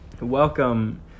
welcome